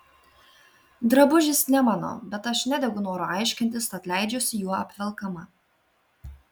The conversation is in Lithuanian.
drabužis ne mano bet aš nedegu noru aiškintis tad leidžiuosi juo apvelkama